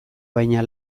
baina